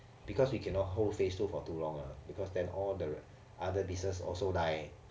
because we cannot hold phase two for too long lah because then all the other business also die